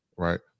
Right